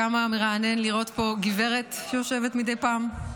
כמה מרענן לראות גברת יושבת פה מדי פעם.